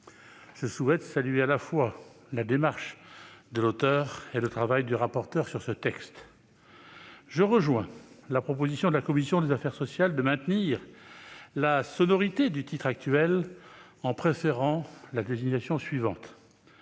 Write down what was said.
Je souhaite saluer, à la fois, la démarche de l'auteur et le travail du rapporteur sur ce texte. Je rejoins la proposition de la commission des affaires sociales de maintenir la sonorité du titre actuel en préférant la désignation suivante